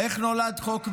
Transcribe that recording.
איך נולד חוק בישראל?